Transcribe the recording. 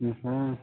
নহয়